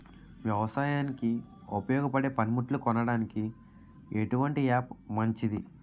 వ్యవసాయానికి ఉపయోగపడే పనిముట్లు కొనడానికి ఎటువంటి యాప్ మంచిది?